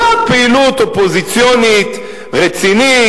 זאת פעילות אופוזיציונית רצינית,